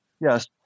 Yes